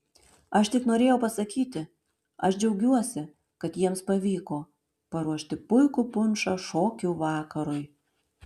aš tik norėjau pasakyti aš džiaugiuosi kad jiems pavyko paruošti puikų punšą šokių vakarui